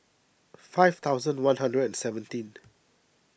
five thousand one hundred and seventeen